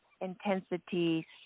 intensity